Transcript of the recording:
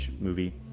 movie